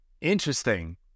interesting